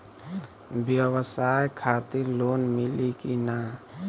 ब्यवसाय खातिर लोन मिली कि ना?